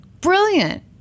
Brilliant